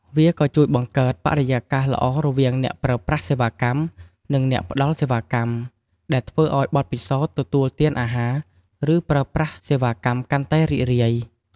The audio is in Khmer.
វាក៏ជួយបង្កើតបរិយាកាសល្អរវាងអ្នកប្រើប្រាស់សេវាកម្ម និងអ្នកផ្ដល់សេវាកម្ម ដែលធ្វើឲ្យបទពិសោធន៍ទទួលទានអាហារ ឬប្រើប្រាស់សេវាកម្មកាន់តែរីករាយ។